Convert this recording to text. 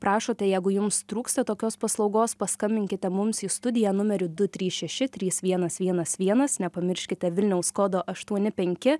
prašote jeigu jums trūksta tokios paslaugos paskambinkite mums į studiją numeriu du trys šeši trys vienas vienas vienas nepamirškite vilniaus kodo aštuoni penki